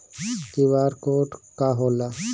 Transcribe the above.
QR code का होला?